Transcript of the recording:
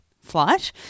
flight